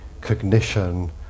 cognition